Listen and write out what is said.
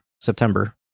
September